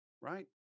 right